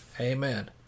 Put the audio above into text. Amen